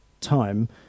time